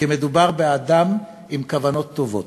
שמדובר באדם עם כוונות טובות,